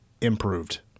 improved